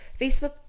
Facebook